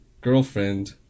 girlfriend